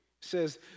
says